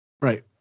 Right